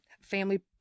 family